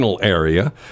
area